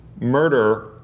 murder